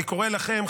אני קורא לכם,